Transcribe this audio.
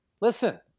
Listen